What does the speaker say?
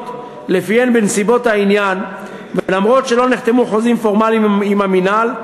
שלפיהן בנסיבות העניין ואף שלא נחתמו חוזים פורמליים עם המינהל,